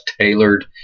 tailored